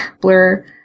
blur